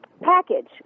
package